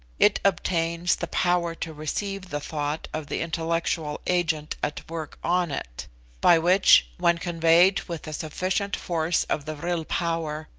it obtains the power to receive the thought of the intellectual agent at work on it by which, when conveyed with a sufficient force of the vril power,